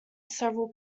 several